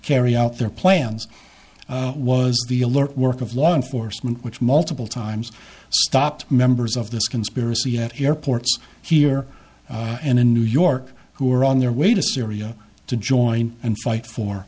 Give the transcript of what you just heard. carry out their plans was the alert work of law enforcement which multiple times stopped members of this conspiracy at airports here and in new york who are on their way to syria to join and fight for